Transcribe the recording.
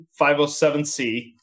507C